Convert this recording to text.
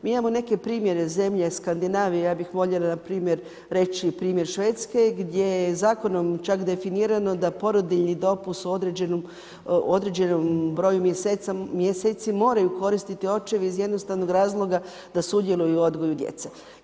Mi imamo neke primjere zemlje Skandinavije, ja bih voljela jedan primjer reći primjer Švedske gdje je zakonom čak definirano da porodiljni dopust u određenom broju mjeseci moraju koristiti očevi iz jednostavno razloga da sudjeluju u odgoju djece.